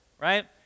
right